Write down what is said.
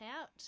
out